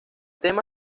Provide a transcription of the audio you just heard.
tema